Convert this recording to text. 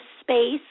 space